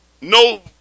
no